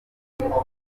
ntukwiye